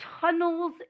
tunnels